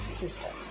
system